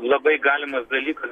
labai galimas dalykas